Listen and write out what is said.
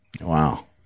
Wow